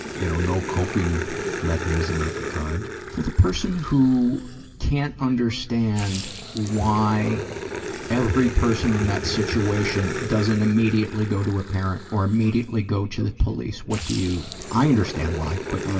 you know, no coping mechanism at the time. for the person who can't understand why every person in that situation doesn't immediately go to a parent, or immediately go to the police, what do you, i understand why, but,